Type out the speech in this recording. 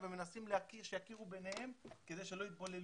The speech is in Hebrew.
ומנסים שיכירו ביניהם כדי שלא יתבוללו.